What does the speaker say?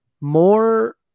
more